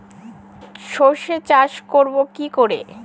সর্ষে চাষ করব কি করে?